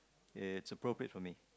it's appropriate for me